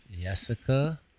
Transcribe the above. Jessica